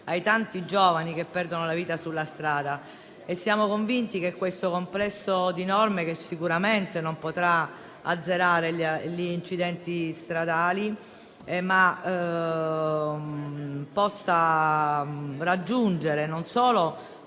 ai tanti giovani che perdono la vita sulla strada. Siamo convinti che questo complesso di norme, che sicuramente non potrà azzerare gli incidenti stradali, potrà consentire, con regole